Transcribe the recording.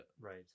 right